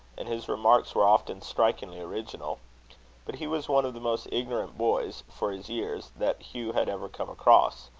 and his remarks were often strikingly original but he was one of the most ignorant boys, for his years, that hugh had ever come across.